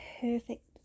perfect